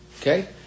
Okay